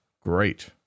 great